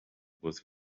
was